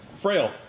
Frail